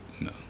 No